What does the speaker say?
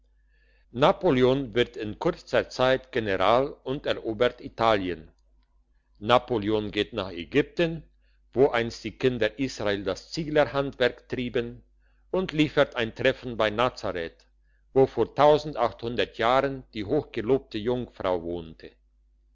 napoleon wird in kurzer zeit general und erobert italien napoleon geht nach ägypten wo einst die kinder israel das zieglerhandwerk trieben und liefert ein treffen bei nazareth wo vor jahren die hochgelobte jungfrau wohnte